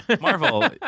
Marvel